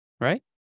Right